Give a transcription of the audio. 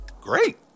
Great